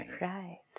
Right